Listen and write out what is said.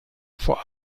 vor